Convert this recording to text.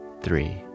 three